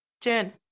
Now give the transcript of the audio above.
Jen